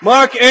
Mark